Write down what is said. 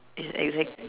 it's exact